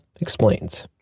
explains